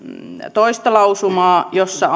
toinen lausumaa jossa